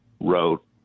wrote